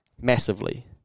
massively